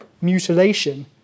mutilation